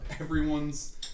everyone's